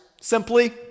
Simply